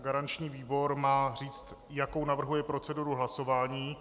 Garanční výbor má říct, jakou navrhuje proceduru hlasování.